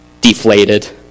deflated